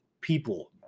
people